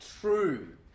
true